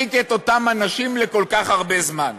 להרחיק את אותם אנשים לכל כך הרבה זמן?